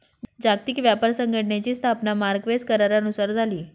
जागतिक व्यापार संघटनेची स्थापना मार्क्वेस करारानुसार झाली